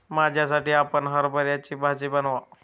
माझ्यासाठी आपण हरभऱ्याची भाजी बनवा